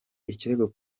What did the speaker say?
ikirego